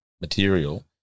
material